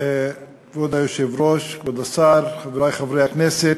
כבוד היושב-ראש, כבוד השר, חברי חברי הכנסת,